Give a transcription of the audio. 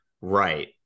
right